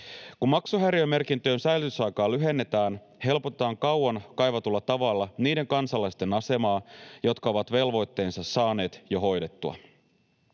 Kun maksuhäiriömerkintöjen säilytysaikaa lyhennetään, helpotetaan kauan kaivatulla tavalla niiden kansalaisten asemaa, jotka ovat velvoitteensa saaneet jo hoidettua.